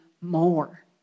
more